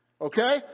Okay